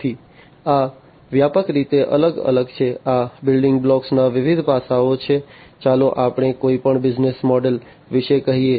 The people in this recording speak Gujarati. તેથી આ વ્યાપક રીતે અલગ અલગ છે આ બિલ્ડીંગ બ્લોક્સ ના વિવિધ પાસાઓ છે ચાલો આપણે કોઈપણ બિઝનેસ મોડલ વિશે કહીએ